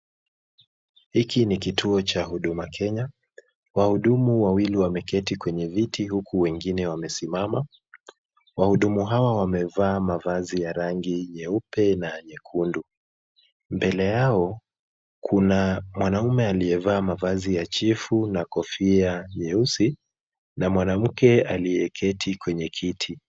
Hiki ni kituo cha huduma Kenya . Wahudumu wawili wameketi kwenye viti huku wengine wamesimama . Wahudumu hawa wamevaa mavazi ya rangi nyeupe na nyekundu. Mbele yao kuna mwanaume aliyevaa mavazi ya chifu na kofia jeusi na mwanamke aliyeketi kwenye kiti.